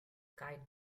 kite